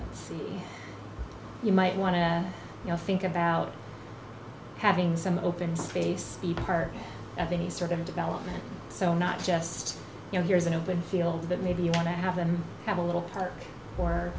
park you might want to think about having some open space be part of any sort of development so not just you know here's an open field but maybe you want to have them have a little park or